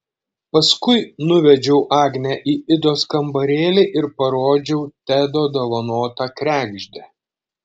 paskui nuvedžiau agnę į idos kambarėlį ir parodžiau tedo dovanotą kregždę